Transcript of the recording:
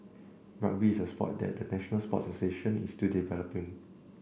rugby is a sport that the national sports association is still developing